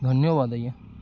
ଧନ୍ୟବାଦ ଆଜ୍ଞା